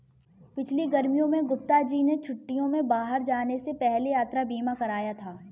पिछली गर्मियों में गुप्ता जी ने छुट्टियों में बाहर जाने से पहले यात्रा बीमा कराया था